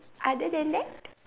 other than that